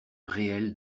réel